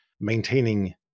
maintaining